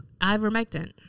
Ivermectin